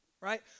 right